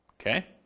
Okay